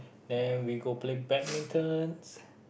then we go play badmintons